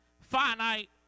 finite